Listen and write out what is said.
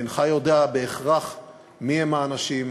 אינך יודע בהכרח מי האנשים,